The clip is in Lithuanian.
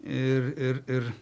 ir ir ir